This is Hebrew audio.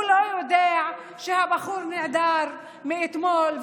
הוא לא יודע שהבחור נעדר מאתמול,